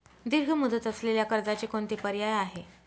दीर्घ मुदत असलेल्या कर्जाचे कोणते पर्याय आहे?